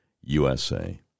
USA